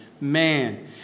man